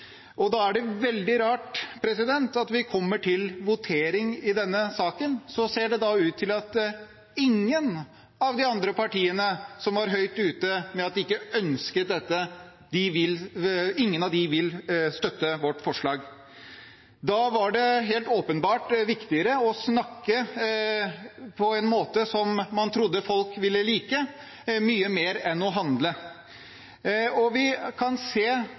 Da er det veldig rart at når vi kommer til votering i denne saken, ser det ut til at ingen av de andre partiene som var høyt ute med at de ikke ønsket dette, vil støtte vårt forslag. Da var det helt åpenbart mye viktigere å snakke på en måte som man trodde folk ville like, enn å handle. Vi kan se